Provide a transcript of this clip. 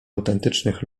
autentycznych